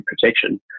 protection